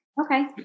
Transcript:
Okay